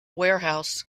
warehouse